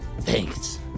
thanks